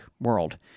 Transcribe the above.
world